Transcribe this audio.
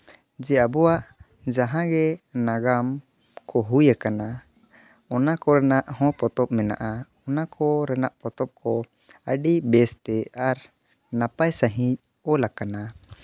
ᱡᱮ ᱟᱵᱚᱣᱟᱜ ᱡᱟᱦᱟᱸ ᱜᱮ ᱱᱟᱜᱟᱢ ᱠᱚ ᱦᱩᱭ ᱟᱠᱟᱱᱟ ᱚᱱᱟ ᱠᱚᱨᱮᱱᱟᱜ ᱦᱚᱸ ᱯᱚᱛᱚᱵ ᱢᱮᱱᱟᱜᱼᱟ ᱚᱱᱟ ᱠᱚᱨᱮᱱᱟᱜ ᱯᱚᱛᱚᱵ ᱠᱚ ᱟᱹᱰᱤ ᱵᱮᱥᱛᱮ ᱟᱨ ᱱᱟᱯᱟᱭ ᱥᱟᱺᱦᱤᱡ ᱚᱞ ᱠᱟᱱᱟ